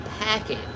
package